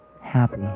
happy